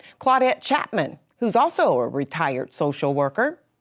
claudette chapman, who's also a retired social worker.